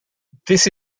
this